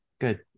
Good